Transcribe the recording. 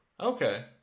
Okay